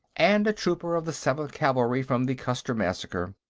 and a trooper of the seventh cavalry from the custer massacre.